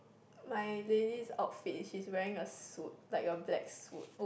my lady's outfit is she's wearing a suit like a black suit